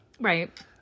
right